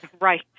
Right